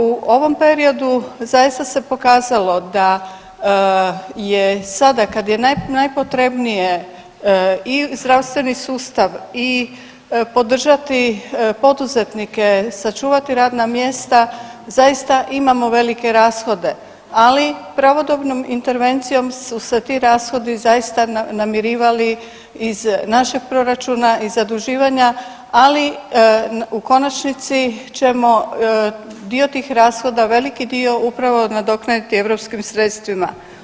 U ovom periodu zaista se pokazalo da je sada kad je najpotrebnije i zdravstveni sustav i podržati poduzetnike, sačuvati radna mjesta zaista imamo velike rashode, ali pravodobnom intervencijom su se ti rashodi zaista namirivali iz našeg proračuna i zaduživanja, ali u konačnici ćemo dio tih rashoda, veliki dio upravo nadoknaditi europskim sredstvima.